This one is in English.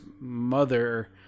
mother